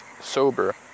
sober